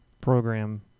program